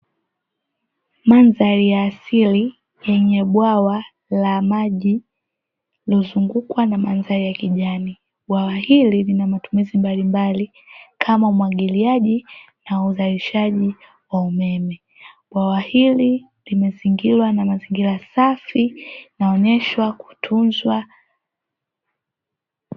Mandhari ya asili yenye bwawa la maji, limezungukwa na mandhari ya kijani. Bwawa hili lina matumizi mblimbali kama umwagiliaji na uzalishaji wa umeme. Bwawa hili limezingirwa na mazingira safi, inaonyesha kutunzwa.